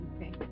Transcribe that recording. okay